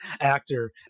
actor